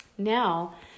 Now